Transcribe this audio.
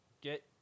Get